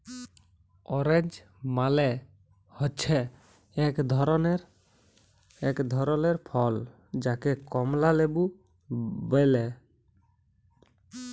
orange মালে হচ্যে এক ধরলের ফল যাকে কমলা লেবু ব্যলে